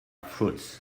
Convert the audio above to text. fruits